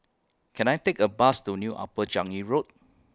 Can I Take A Bus to New Upper Changi Road